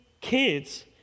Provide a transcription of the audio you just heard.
kids